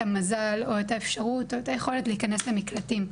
המזל או את האפשרות או את היכולת להיכנס למקלטים.